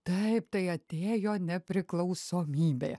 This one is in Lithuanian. taip tai atėjo nepriklausomybė